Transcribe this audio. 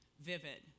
vivid